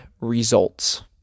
results